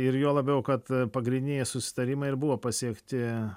ir juo labiau kad pagrindiniai susitarimai ir buvo pasiekti